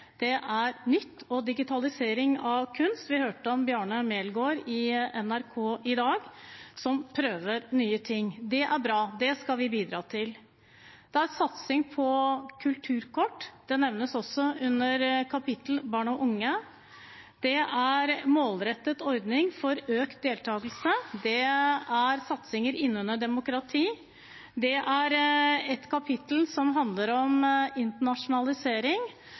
det er nytt. Digitalisering av kunst – vi hørte om Bjarne Melgaard i NRK i dag, som prøver nye ting. Det er bra, det skal vi bidra til. Det er satsing på kulturkort. Det nevnes også under kapittelet om barn og unge. Det er målrettet ordning for økt deltagelse, det er satsinger innunder demokrati, det er et kapittel som handler om internasjonalisering.